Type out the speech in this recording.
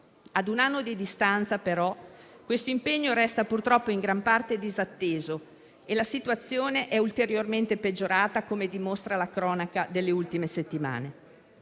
Ad un anno di distanza, però, questo impegno resta purtroppo in gran parte disatteso e la situazione è ulteriormente peggiorata, come dimostra la cronaca delle ultime settimane.